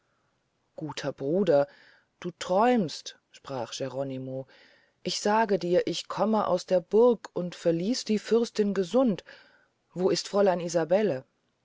guter bruder du träumst sprach geronimo ich sage dir ich komme aus der burg und verließ die fürstin gesund wo ist fräulein isabelle